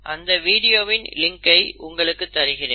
அந்த வீடியோவின் லிங்க்கை உங்களுக்கு தருகிறேன்